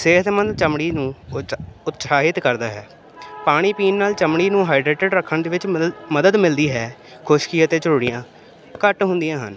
ਸਿਹਤਮੰਦ ਚਮੜੀ ਨੂੰ ਉਤਸ ਉਤਸ਼ਾਹਿਤ ਕਰਦਾ ਹੈ ਪਾਣੀ ਪੀਣ ਨਾਲ ਚਮੜੀ ਨੂੰ ਹਾਈਡਰੇਟਿਡ ਰੱਖਣ ਦੇ ਵਿੱਚ ਮਦਦ ਮਦਦ ਮਿਲਦੀ ਹੈ ਖੁਸ਼ਕੀ ਅਤੇ ਝੁਰੜੀਆਂ ਘੱਟ ਹੁੰਦੀਆਂ ਹਨ